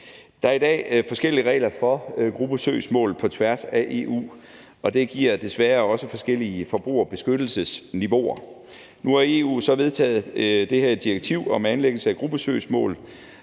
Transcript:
Der er i dag forskellige regler for gruppesøgsmål på tværs af EU, og det giver desværre også forskellige forbrugerbeskyttelsesniveauer. Nu har EU så vedtaget det her direktiv om anlæggelse af gruppesøgsmål,